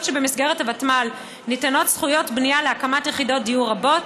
היות שבמסגרת הוותמ"ל ניתנות זכויות בנייה להקמת יחידות דיור רבות,